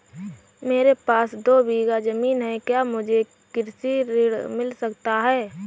मेरे पास दो बीघा ज़मीन है क्या मुझे कृषि ऋण मिल सकता है?